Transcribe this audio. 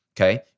Okay